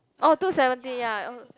oh two seventy ya oh